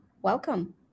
welcome